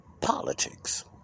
politics